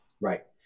right